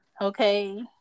Okay